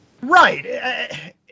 Right